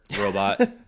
robot